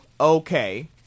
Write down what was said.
okay